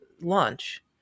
launch